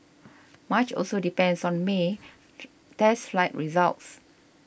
much also depends on May test flight results